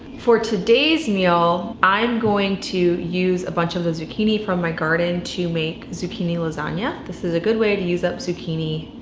for today's meal. i'm going to use a bunch of the zucchini from my garden to make zucchini lasagna. this is a good way to use up zucchini.